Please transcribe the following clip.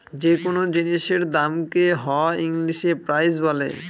যে কোনো জিনিসের দামকে হ ইংলিশে প্রাইস বলে